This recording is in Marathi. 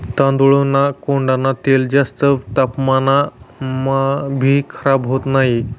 तांदूळना कोंडान तेल जास्त तापमानमाभी खराब होत नही